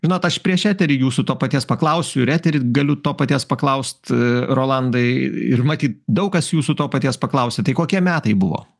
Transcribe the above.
žinot aš prieš eterį jūsų to paties paklausiau ir etery galiu to paties paklaust rolandai ir matyt daug kas jūsų to paties paklausia tai kokie metai buvo